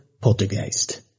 poltergeist